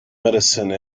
medicine